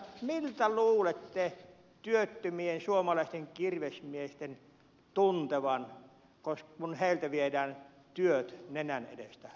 miltä luulette työttömistä suomalaisista kirvesmiehistä tuntuvan kun heiltä viedään työt nenän edestä pois